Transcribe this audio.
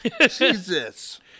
Jesus